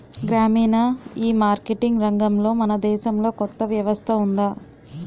గ్రామీణ ఈమార్కెటింగ్ రంగంలో మన దేశంలో కొత్త వ్యవస్థ ఉందా?